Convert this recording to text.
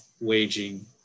waging